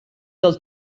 del